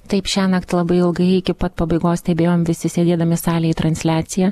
taip šiąnakt labai ilgai iki pat pabaigos stebėjom visi sėdėdami salėj transliaciją